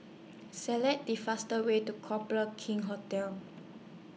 Select The fastest Way to Copthorne King's Hotel